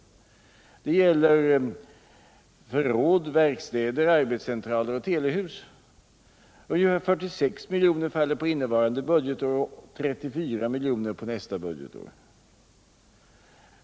Det gäller förråd, verkstäder, arbetscentraler och telehus. 46 miljoner faller på innevarande budgetår och 34 miljoner på nästa budgetår.